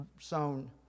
sown